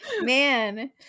Man